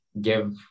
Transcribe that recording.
give